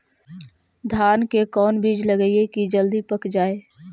धान के कोन बिज लगईयै कि जल्दी पक जाए?